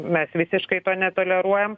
mes visiškai to netoleruojam